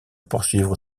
poursuivre